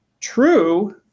true